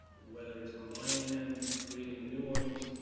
whether it's combining them, creating the new ones.